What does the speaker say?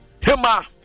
Hema